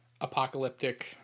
apocalyptic